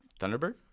Thunderbird